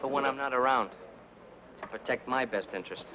so when i'm not around protect my best interest